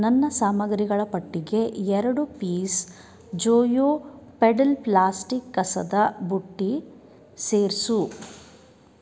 ನನ್ನ ಸಾಮಗ್ರಿಗಳ ಪಟ್ಟಿಗೆ ಎರಡು ಪೀಸ್ ಜೋಯೋ ಪೆಡಲ್ ಪ್ಲಾಸ್ಟಿಕ್ ಕಸದ ಬುಟ್ಟಿ ಸೇರಿಸು